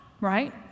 right